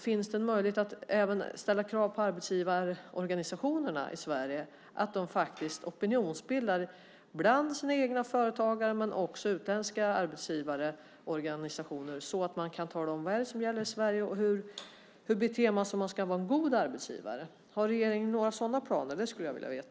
Finns det en möjlighet att ställa krav på arbetsgivarorganisationerna i Sverige att de opinionsbildar bland sina egna företagare men också bland utländska arbetsgivarorganisationer så att man kan tala om vad det är som gäller i Sverige och hur man beter sig för att vara en god arbetsgivare? Har regeringen några sådana planer?